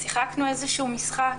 ושיחקנו איזה שהוא משחק